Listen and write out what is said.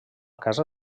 casa